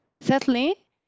Thirdly